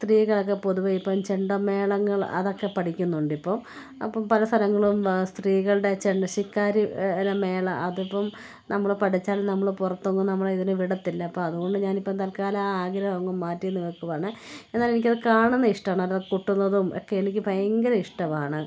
സ്ത്രീകളൊക്കെ പൊതുവെ ഇപ്പം ചെണ്ട മേളങ്ങൾ അതൊക്കെ പഠിക്കുന്നുണ്ടിപ്പോൾ അപ്പം പല സ്ഥലങ്ങളും സ്ത്രീകളുടെ ചെണ്ട ശിക്കാരി ഒരു മേള അതിപ്പം നമ്മൾ പഠിച്ചാലും നമ്മളെ പുറത്തൊന്നും നമ്മളെ ഇതിന് വിടത്തില്ല അപ്പോൾ അതുകൊണ്ട് ഞാനിപ്പം തൽക്കാലം ആ ആഗ്രഹം അങ്ങ് മാറ്റി വെക്കുവാണ് എന്നാൽ എനിക്കത് കാണുന്നത് ഇഷ്ടമാണ് അത് കൊട്ടുന്നതും ഒക്കെ എനിക്ക് ഭയങ്കര ഇഷ്ടമാണ്